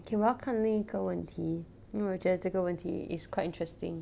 okay 我要看另一个问题因为我觉得这个问题 is quite interesting